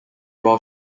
while